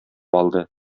алды